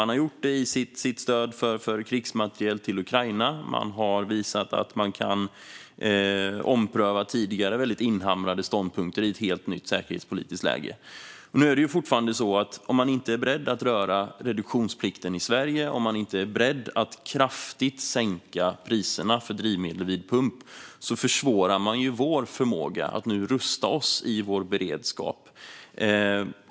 Man har gjort det i fråga om stöd för krigsmateriel till Ukraina. Man har visat att man kan ompröva tidigare väldigt inhamrade ståndpunkter i ett helt nytt säkerhetspolitiskt läge. Det är fortfarande så att om man inte är beredd att röra reduktionsplikten i Sverige och om man inte är berett att kraftigt sänka priserna för drivmedel vid pump försvårar man vår förmåga att rusta oss i vår beredskap.